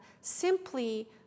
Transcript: simply